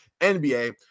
NBA